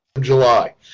July